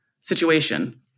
situation